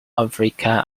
african